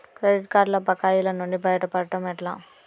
Credit కార్డుల బకాయిల నుండి బయటపడటం ఎట్లా?